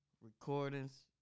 recordings